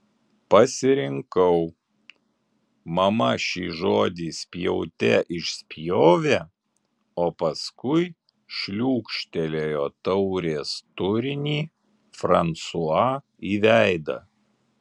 pasirinkau mama šį žodį spjaute išspjovė o paskui šliūkštelėjo taurės turinį fransua į veidą